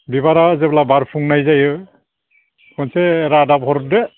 बिबारा जेब्ला बारफुंनाय जायो खनसे रादाब हरदो